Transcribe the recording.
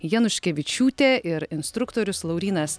januškevičiūtė ir instruktorius laurynas